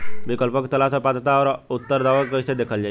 विकल्पों के तलाश और पात्रता और अउरदावों के कइसे देखल जाइ?